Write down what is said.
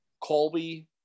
Colby